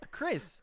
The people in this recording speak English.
Chris